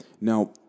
Now